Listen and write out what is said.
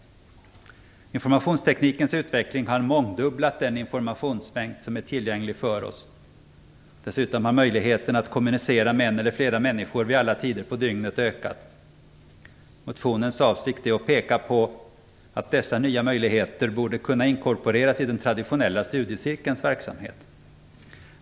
Informationsteknikens utveckling har mångdubblat den informationsmängd som är tillgänglig för oss. Dessutom har möjligheten att kommunicera med en eller flera människor vid alla tider på dygnet ökat. Motionens avsikt är att peka på att dessa nya möjligheter borde kunna inkorporeras i den traditionella studiecirkelns verksamhet.